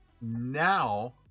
Now